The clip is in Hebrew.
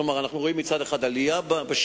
כלומר, אנחנו רואים מצד אחד עלייה בשימוש,